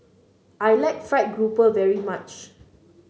I like fried grouper very much